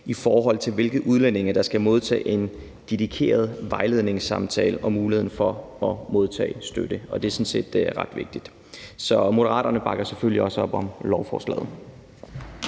vurdering af, hvilke udlændinge der skal modtage en dedikeret vejledningssamtale om muligheden for at modtage støtte, og det er sådan set ret vigtigt. Så Moderaterne bakker selvfølgelig også op om lovforslaget.